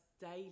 daily